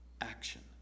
Action